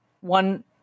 one